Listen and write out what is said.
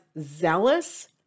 zealous